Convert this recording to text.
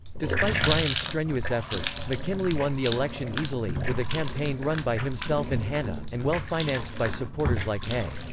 despite bryan's strenuous efforts, mckinley won the election easily, with a campaign run by himself and hanna, and well-financed by supporters like hay.